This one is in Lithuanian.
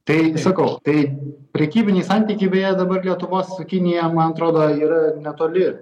tai sakau tai prekybiniai santykiai beje dabar lietuvos su kinija man atrodo yra ir netoli